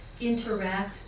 interact